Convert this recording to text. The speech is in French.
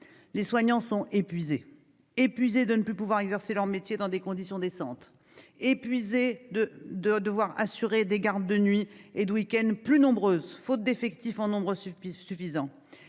Les soignants sont épuisés. Épuisés de ne plus pouvoir exercer leur métier dans des conditions décentes ; épuisés de devoir assurer des gardes de nuit et de week-end plus nombreuses faute d'effectifs en nombre suffisant